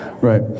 Right